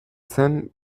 zen